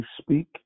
speak